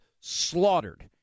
slaughtered